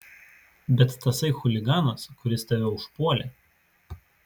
bet tasai chuliganas kuris tave užpuolė